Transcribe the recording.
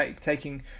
taking